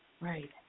Right